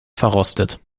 verrostet